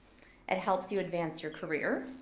it helps you advance your career.